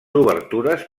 obertures